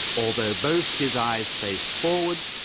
although both his eyes face forwards,